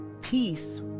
Peace